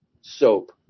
soap